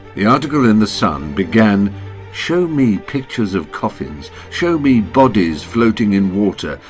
the article in the sun began show me pictures of coffins, show me bodies floating in water,